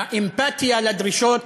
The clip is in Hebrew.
האמפתיה לדרישות